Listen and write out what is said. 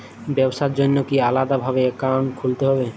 ব্যাবসার জন্য কি আলাদা ভাবে অ্যাকাউন্ট খুলতে হবে?